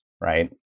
right